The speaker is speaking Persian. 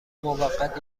موقت